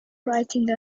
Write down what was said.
writing